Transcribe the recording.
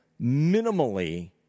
minimally